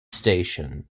station